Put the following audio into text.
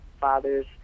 father's